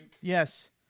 Yes